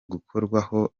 kugerwaho